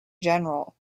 general